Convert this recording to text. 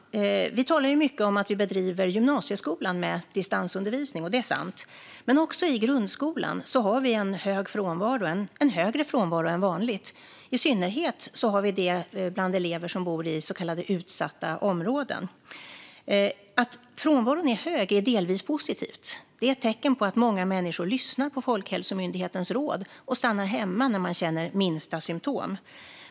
Fru talman! Vi talar mycket om att vi bedriver gymnasieskolan med distansundervisning, och det är sant. Men också i grundskolan har vi en högre frånvaro än vanligt. I synnerhet har vi det bland elever som bor i så kallade utsatta områden. Att frånvaron är hög är delvis positivt. Det är ett tecken på att många människor lyssnar på Folkhälsomyndighetens råd och stannar hemma när de känner minsta symtom.